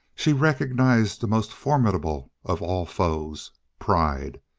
she recognized the most formidable of all foes pride.